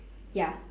ya